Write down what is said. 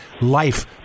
life